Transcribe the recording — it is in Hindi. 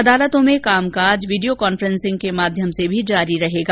अदालतों में कामकाज वीडियो कान्फेसिंग के माध्यम से भी जारी रहेगा